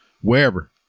wherever